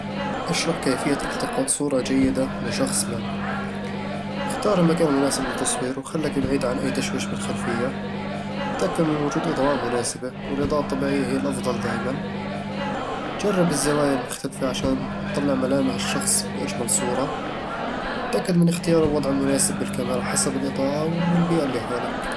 اشرح كيفية التقاط صورة جيدة لشخص ما اختار المكان المناسب للتصوير وخلك بعيد عن أي تشويش بالخلفية تأكد من وجود إضاءة مناسبة، والإضاءة الطبيعية هي الأفضل دايمًا جرّب الزوايا المختلفة عشان تطلع ملامح الشخص بأجمل صورة تأكد من اختيار الوضع المناسب بالكاميرا حسب الإضاءة والبيئة اللي حولك